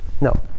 No